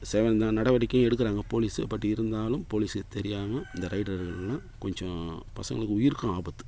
சேவை இந்த நடவடிக்கையும் எடுக்கிறாங்க போலீஸு பட் இருந்தாலும் போலீஸுக்கு தெரியாமல் இந்த ரைடருங்கெல்லாம் கொஞ்சம் பசங்களுக்கு உயிருக்கும் ஆபத்து